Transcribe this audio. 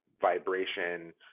vibration